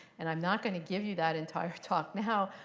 and i'm not going to give you that entire talk now.